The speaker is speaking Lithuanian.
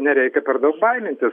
nereikia per daug baimintis